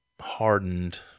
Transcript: hardened